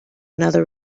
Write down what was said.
another